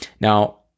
Now